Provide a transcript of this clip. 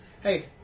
Hey